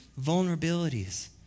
vulnerabilities